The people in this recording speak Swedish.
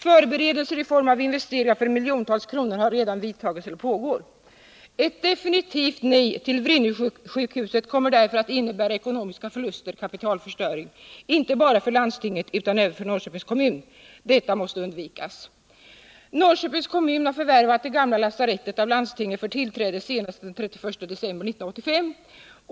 Förberedelser i form av investeringar för miljontals kronor har redan vidtagits eller pågår. Ett definitivt nej till Vrinnevisjukhuset kommer därför att innebära ekonomiska förluster — kapitalförstöring — inte bara för 117 landstinget utan även för Norrköpings kommun. Detta måste undvikas. Norrköpings kommun har förvärvat det gamla lasarettet av landstinget för tillträde senast den 31 december 1985.